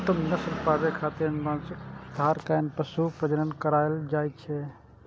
उत्तम नस्ल पाबै खातिर आनुवंशिक सुधार कैर के पशु प्रजनन करायल जाए छै